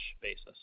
basis